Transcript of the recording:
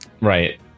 right